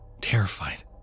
Terrified